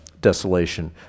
desolation